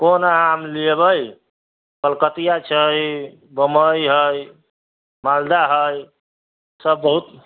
कोन आम लेबै कलकतिया छै बम्बइ है मालदह है सब बहुत